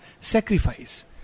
Sacrifice